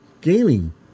gaming